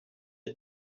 est